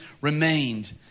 remained